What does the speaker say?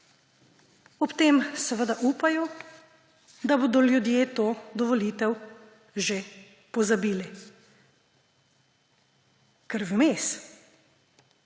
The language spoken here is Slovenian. Ob tem seveda upajo, da bodo ljudje to do volitev že pozabili. Ker vmes,